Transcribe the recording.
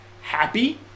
happy